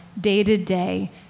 day-to-day